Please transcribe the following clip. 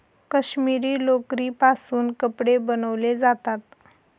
काश्मिरी लोकरीपासून कपडे बनवले जातात